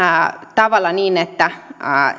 tavalla niin että